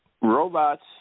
Robots